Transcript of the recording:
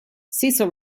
cecil